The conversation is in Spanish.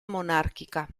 monárquica